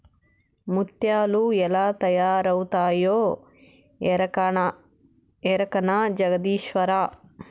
ముత్యాలు ఎలా తయారవుతాయో ఎరకనా జగదీశ్వరా